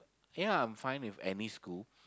ya I'm fine with any school